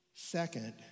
Second